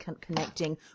connecting